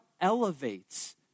elevates